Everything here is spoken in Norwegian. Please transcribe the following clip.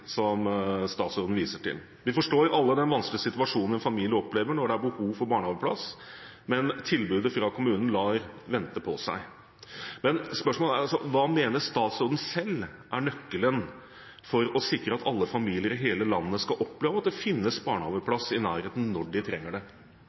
statsråden viser til. Vi forstår alle den vanskelige situasjonen en familie opplever når det er behov for barnehageplass, men tilbudet fra kommunen lar vente på seg. Spørsmålet er: Hva mener statsråden selv er nøkkelen for å sikre at alle familier i hele landet skal oppleve at det finnes barnehageplass i nærheten når de trenger det?